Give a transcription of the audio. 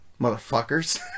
Motherfuckers